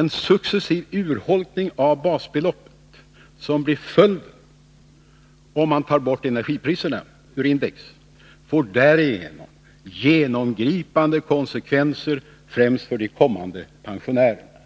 En successiv urholkning av basbeloppet, som blir följden om man tar bort energipriserna vid indexberäkningen, får däremot genomgripande konsekvenser främst för de kommande pensionärerna.